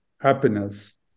happiness